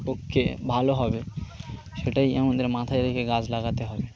পক্ষে ভালো হবে সেটাই আমাদের মাথায় রেখে গাছ লাগাতে হবে